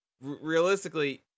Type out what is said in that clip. realistically